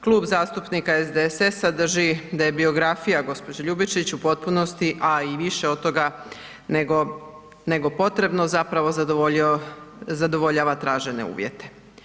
Klub zastupnika SDSS-a drži da je biografija gđe. Ljubičić u potpunosti a i više od toga nego potrebno zapravo zadovoljava tražene uvjete.